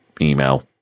email